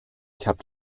kept